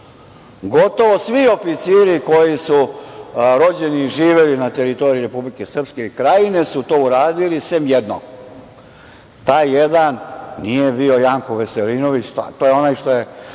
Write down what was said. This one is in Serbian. Gotovo svi oficiri koji su rođen i živeli na teritoriji Republike Srpske i Krajine su to uradili sem jednog. Taj jedan nije bio Janko Veselinović. To je onaj što je